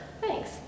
Thanks